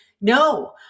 no